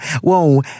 Whoa